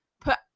put